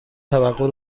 توقع